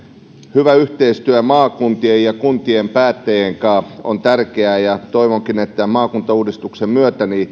hyvä yhteistyö maakuntien ja kuntien päättäjien kanssa on tärkeää ja toivonkin että maakuntauudistuksen myötä